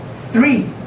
three